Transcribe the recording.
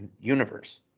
universe